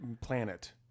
planet